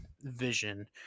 vision